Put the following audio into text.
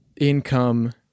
income